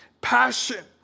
passion